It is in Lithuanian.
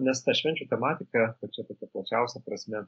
nes ta švenčių tematika pačia tokia plačiausia prasme